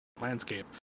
landscape